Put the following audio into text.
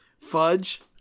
Fudge